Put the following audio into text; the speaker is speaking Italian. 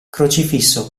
crocifisso